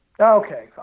okay